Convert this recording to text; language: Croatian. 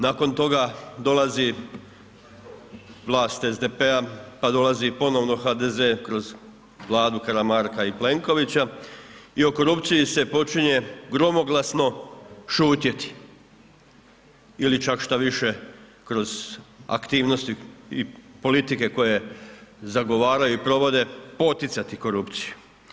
Nakon toga dolazi vlast SDP-a, pa dolazi ponovno HDZ kroz Vladu Karamarka i Plenkovića i o korupciji se počinje gromoglasno šutjeti ili čak štoviše kroz aktivnosti i politike koje zagovaraju i provode poticati korupciju.